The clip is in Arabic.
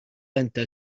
أنت